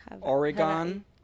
Oregon